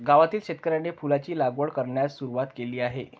गावातील शेतकऱ्यांनी फुलांची लागवड करण्यास सुरवात केली आहे